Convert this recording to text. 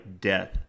death